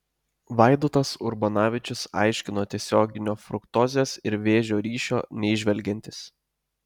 vaidotas urbanavičius aiškino tiesioginio fruktozės ir vėžio ryšio neįžvelgiantis